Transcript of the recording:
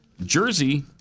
Jersey